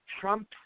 Trump